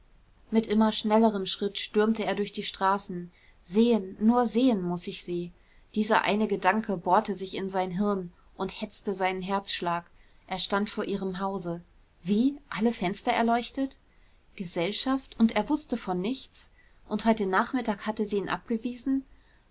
mit immer schnellerem schritt stürmte er durch die straßen sehen nur sehen muß ich sie dieser eine gedanke bohrte sich in sein hirn und hetzte seinen herzschlag er stand vor ihrem hause wie alle fenster erleuchtet gesellschaft und er wußte von nichts und heute nachmittag hatte sie ihn abgewiesen